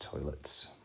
toilets